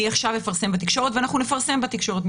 ואנחנו נפרסם בתקשורת.